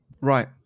Right